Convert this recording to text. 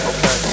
Okay